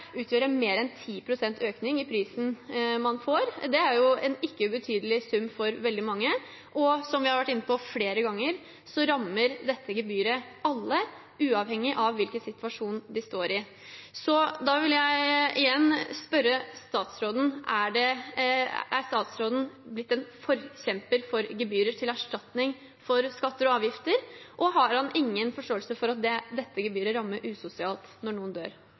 utgjøre mer enn 10 pst. økning i prisen man får – en ikke ubetydelig sum for veldig mange. Og, som vi har vært inne på flere ganger, dette gebyret rammer alle, uavhengig av hvilken situasjon de står i. Jeg vil igjen spørre statsråden: Har statsråden blitt en forkjemper for gebyrer til erstatning for skatter og avgifter? Har han ingen forståelse for at dette gebyret rammer usosialt når noen dør?